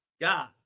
God